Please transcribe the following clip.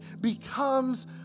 becomes